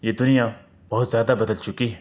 یہ دنیا بہت زیادہ بدل چکی ہے